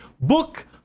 Book